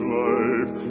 life